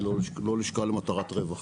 היא לא לשכה למטרת רווח.